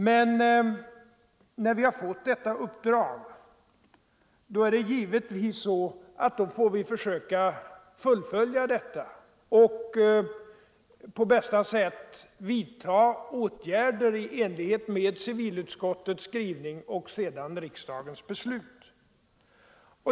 Men när vi har fått detta uppdrag måste vi givetvis försöka fullfölja det och på bästa sätt vidta åtgärder i enlighet med civilutskottets skrivning och riksdagens beslut.